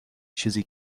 چیزی